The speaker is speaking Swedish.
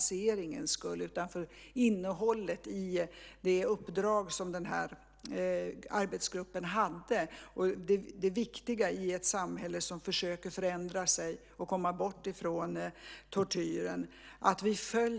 Det handlar inte så mycket om finansieringen utan om innehållet i det uppdrag som den här arbetsgruppen hade och det viktiga i att ett samhälle försöker förändra sig och komma bort från tortyren.